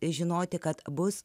žinoti kad bus